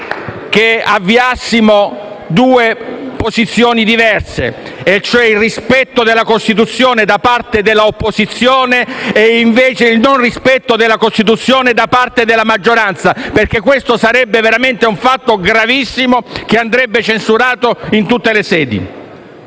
che avessimo due posizioni diverse e cioè il rispetto della Costituzione da parte della opposizione e invece il non rispetto della Costituzione da parte della maggioranza, perché questo sarebbe veramente un fatto gravissimo che andrebbe censurato in tutte le sedi.